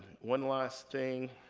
one last thing,